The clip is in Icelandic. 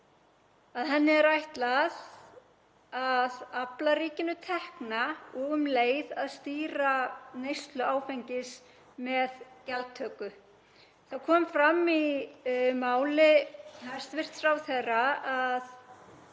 á áfengi er ætlað að afla ríkinu tekna og um leið að stýra neyslu áfengis með gjaldtöku. Það kom fram í máli hæstv. ráðherra að